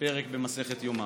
פרק במסכת יומא.